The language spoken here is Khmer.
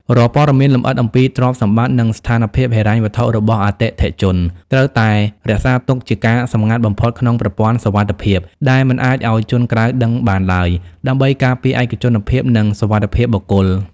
រាល់ព័ត៌មានលម្អិតអំពីទ្រព្យសម្បត្តិ និងស្ថានភាពហិរញ្ញវត្ថុរបស់អតិថិជន ត្រូវតែរក្សាទុកជាការសម្ងាត់បំផុតក្នុងប្រព័ន្ធសុវត្ថិភាពដែលមិនអាចឱ្យជនក្រៅដឹងបានឡើយ ដើម្បីការពារឯកជនភាព និងសុវត្ថិភាពបុគ្គល។